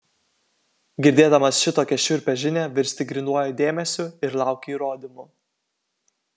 girdėdamas šitokią šiurpią žinią virsti grynuoju dėmesiu ir lauki įrodymų